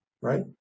right